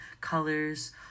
colors